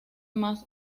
más